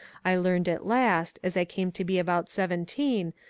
i learned at last, as i came to be about seventeen,